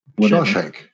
Shawshank